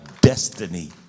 destiny